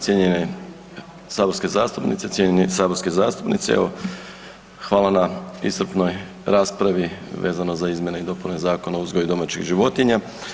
Cijenjene saborske zastupnice, cijenjeni saborski zastupnici evo hvala na iscrpnoj raspravi vezano za izmjene i dopune Zakona o uzgoju domaćih životinja.